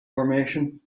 formation